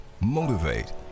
motivate